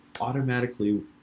automatically